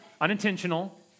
unintentional